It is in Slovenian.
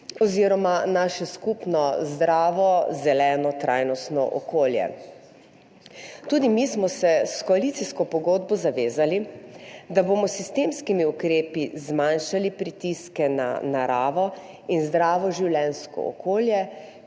oziroma naše skupno zdravo, zeleno, trajnostno okolje. Tudi mi smo se s koalicijsko pogodbo zavezali, da bomo s sistemskimi ukrepi zmanjšali pritiske na naravo in zdravo življenjsko okolje